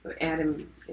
Adam